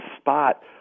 spot